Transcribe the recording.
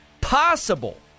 possible